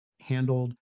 handled